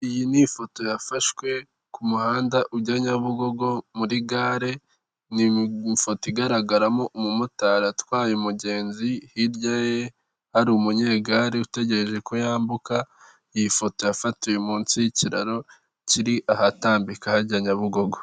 Iyi ni ifoto yafashwe ku muhanda ujya Nyabugogo muri gare, ni ifoto igaragaramo umumotari atwaye umugenzi, hirya ye hari umunyegare utegereje ko yambuka, iyi foto yafatiwe munsi y'ikiraro kiri ahatambika hajya Nyabugogo.